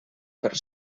per